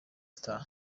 star